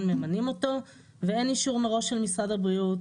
ממנים אותו ואין אישור מראש של משרד הבריאות,